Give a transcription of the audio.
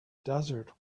desert